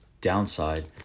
downside